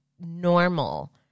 normal